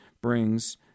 brings